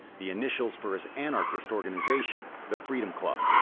the initials for his anarchist organization the freedom club.